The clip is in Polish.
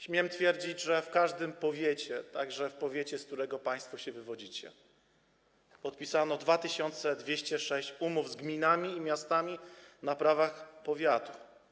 Śmiem twierdzić, że w każdym powiecie, także w powiecie, z którego państwo się wywodzicie, podpisano 2206 umów z gminami i miastami na prawach powiatu.